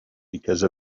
because